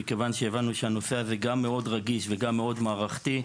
מכיוון שהבנו שהנושא הזה גם מאוד רגיש וגם מאוד מערכתי,